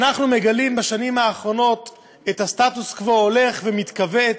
ואנחנו מגלים בשנים האחרונות את הסטטוס-קוו הולך ומתכווץ,